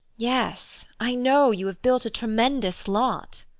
yes, i know you have built a tremendous lot.